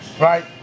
right